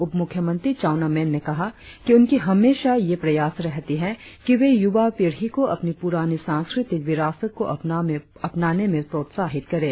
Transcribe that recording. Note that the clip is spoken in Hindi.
उप मुख्यमंत्री चाउना मेन ने कहा कि उनकी हमेशा यह प्रयास रहती है कि वे युवा पीढ़ी को अपनी पुरानी सांस्कृतिक विरासत को अपनाने में प्रोत्साहित करें